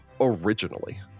originally